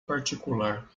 particular